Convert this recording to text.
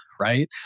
right